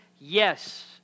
yes